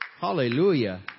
Hallelujah